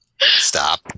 Stop